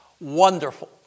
wonderful